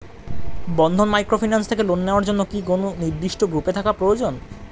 বন্ধন microfinance থেকে loan নেওয়ার জন্য কি কোন নির্দিষ্ট গ্রুপে থাকা প্রয়োজন?